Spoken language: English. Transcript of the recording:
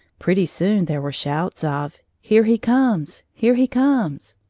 pretty soon there were shouts of here he comes here he comes!